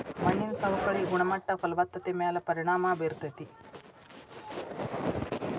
ಮಣ್ಣಿನ ಸವಕಳಿ ಗುಣಮಟ್ಟ ಫಲವತ್ತತೆ ಮ್ಯಾಲ ಪರಿಣಾಮಾ ಬೇರತತಿ